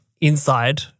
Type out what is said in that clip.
inside